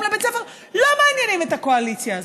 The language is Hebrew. לבית ספר לא מעניינים את הקואליציה הזאת.